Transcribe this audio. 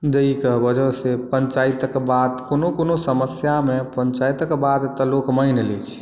जाहिके वजह से पंचायतक बाद कोनो कोनो समस्या मे पंचायत के बात तऽ लोग मानि लै छै